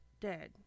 dead